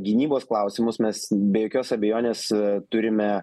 gynybos klausimus mes be jokios abejonės turime